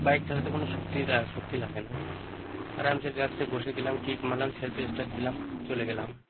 bike চালাতে কোনো শক্তি শক্তি লাগে না আরাম সে রিলাক্সসে বসে গেলাম কিক মারলাম সেলফ স্টার্ট দিলাম চলে গেলাম